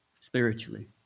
Spiritually